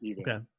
Okay